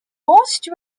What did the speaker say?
most